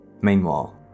Meanwhile